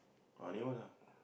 our neighbours ah